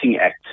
act